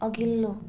अघिल्लो